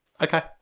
Okay